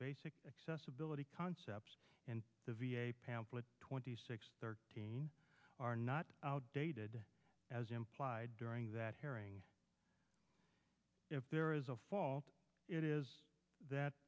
basic accessibility concepts and the v a pamphlet twenty six thirteen are not outdated as implied during that hearing if there is a fault it is that